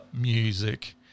music